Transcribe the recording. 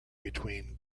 between